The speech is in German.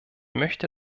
möchte